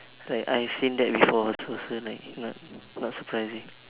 I I have seen that before closer like not not surprising